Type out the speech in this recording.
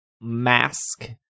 mask